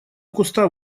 куста